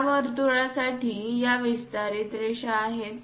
या वर्तुळासाठी या विस्तारित रेषा आहेत